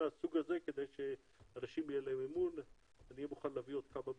אין הים חיסון בעולם וגם חברת